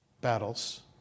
battles